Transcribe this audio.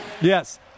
Yes